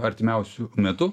artimiausiu metu